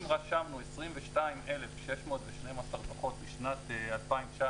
אם רשמנו 22,612 דו"חות משנת 2019